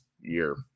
year